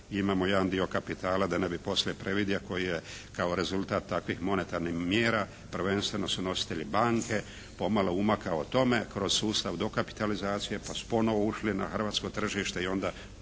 imamo jedan dio kapitala da ne bi poslije predvidio, koji je kao rezultat takvih monetarnih mjera prvenstveno su nositelji banke, pomalo umakao tome kroz sustav dokapitalizacije pa su ponovo ušli na hrvatsko tržište i onda